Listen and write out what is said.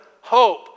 hope